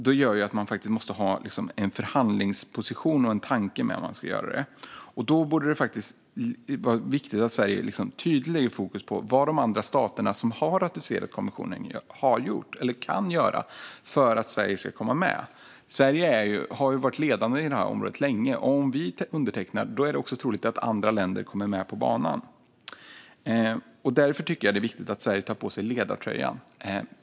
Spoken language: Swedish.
Det gör att man måste ha en förhandlingsposition och en tanke med vad man ska göra. Då är det viktigt att Sverige tydligt lägger fokus på vad de andra staterna som har ratificerat konventionen har gjort eller kan göra för att Sverige ska komma med. Sverige har varit ledande på det här området länge, och om vi undertecknar är det också troligt att andra länder kommer med på banan. Därför tycker jag att det är viktigt att Sverige tar på sig ledartröjan.